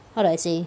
how do I say